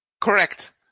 Correct